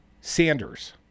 Sanders